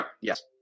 yes